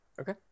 Okay